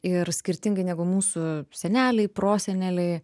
ir skirtingai negu mūsų seneliai proseneliai